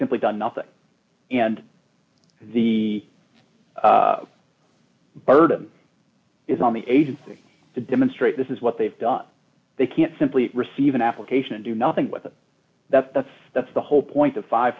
simply done nothing and the burden is on the agency to demonstrate this is what they've done they can't simply receive an application and do nothing with it that's that's that's the whole point the five